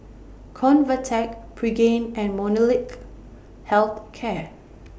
Convatec Pregain and Molnylcke Health Care